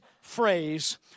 phrase